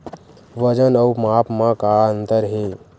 वजन अउ माप म का अंतर हे?